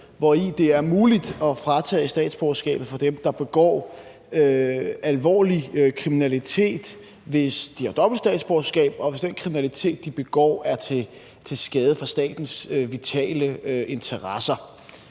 hvori det er muligt at fratage dem, der begår alvorlig kriminalitet, statsborgerskabet, hvis de har dobbelt statsborgerskab, og hvis den kriminalitet, de begår, er til skade for statens vitale interesser.